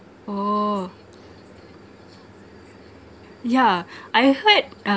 oh yeah I heard uh